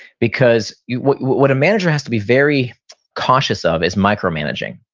because what what a manager has to be very cautious of is micromanaging.